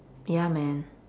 ya man